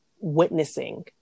witnessing